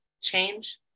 Change